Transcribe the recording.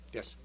Yes